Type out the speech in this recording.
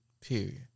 Period